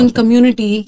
community